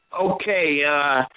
Okay